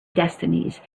destinies